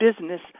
Business